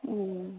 ಹ್ಞೂ